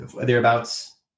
thereabouts